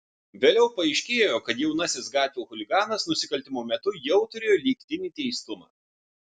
vėliau paaiškėjo kad jaunasis gatvių chuliganas nusikaltimo metu jau turėjo lygtinį teistumą